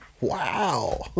wow